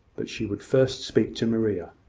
but she would first speak to maria.